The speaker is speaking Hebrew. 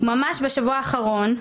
וממש בשבוע שעבר,